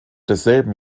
desselben